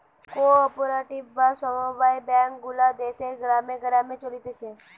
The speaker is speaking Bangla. কো অপারেটিভ বা সমব্যায় ব্যাঙ্ক গুলা দেশের গ্রামে গ্রামে চলতিছে